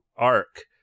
arc